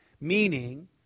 meaning